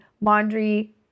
laundry